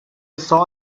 saw